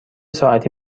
ساعتی